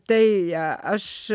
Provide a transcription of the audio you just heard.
tai aš